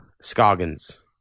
Scoggins